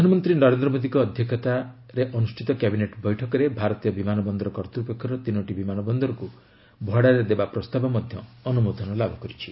ପ୍ରଧାନମନ୍ତ୍ରୀ ନରେନ୍ଦ୍ର ମୋଦୀଙ୍କ ଅଧ୍ୟକ୍ଷତା ଅନୁଷ୍ଠିତ କ୍ୟାବିନେଟ୍ ବୈଠକରେ ଭାରତୀୟ ବିମାନ ବନ୍ଦର କର୍ତ୍ତୃପକ୍ଷର ତିନୋଟି ବିମାନ ବନ୍ଦରକୁ ଭଡ଼ାରେ ଦେବା ପ୍ରସ୍ତାବ ଅନୁମୋଦନ ଲାଭ କରିଛି